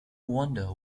wonder